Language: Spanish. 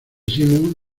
simón